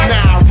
Now